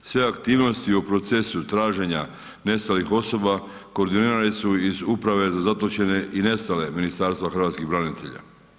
Sve aktivnosti u procesu traženja nestalih osoba koordinirane su iz Uprave za zatočene i nestale Ministarstva hrvatskih branitelja.